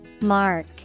Mark